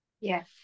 Yes